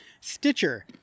Stitcher